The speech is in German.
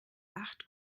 acht